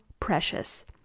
precious